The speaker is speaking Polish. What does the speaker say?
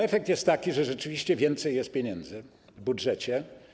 Efekt jest taki, że rzeczywiście więcej jest pieniędzy w budżecie.